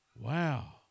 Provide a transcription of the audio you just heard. Wow